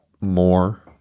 more